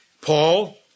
Paul